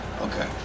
okay